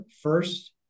first